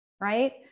right